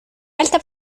alta